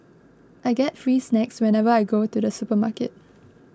I get free snacks whenever I go to the supermarket